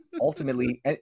Ultimately